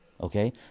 okay